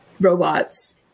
robots